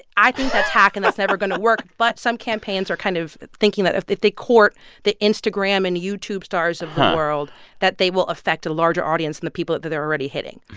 i think that's hack, and that's never going to work. but some campaigns are kind of thinking that if if they court the instagram and youtube stars of the world that they will affect a larger audience than the people that they're already hitting.